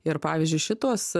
ir pavyzdžiui šituos